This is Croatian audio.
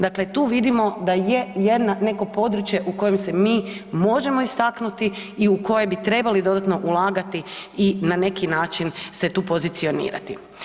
Dakle tu vidimo da je jedno, neko područje u kojem se mi možemo istaknuti i u koje bi trebali dodatno ulagati i na neki način se tu pozicionirati.